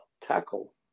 tackle